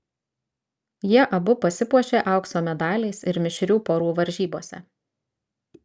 jie abu pasipuošė aukso medaliais ir mišrių porų varžybose